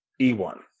E1